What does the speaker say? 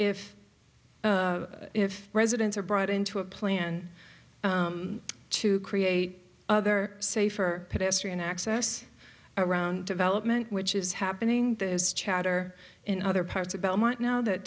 if if residents are brought into a plan to create other safer pedestrian access around development which is happening this is chatter in other parts of belmont now that